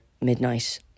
midnight